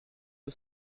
eux